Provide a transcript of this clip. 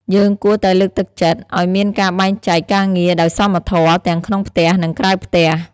យើងគួរតែលើកទឹកចិត្តឲ្យមានការបែងចែកការងារដោយសមធម៌ទាំងក្នុងផ្ទះ និងក្រៅផ្ទះ។